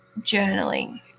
journaling